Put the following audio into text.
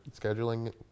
scheduling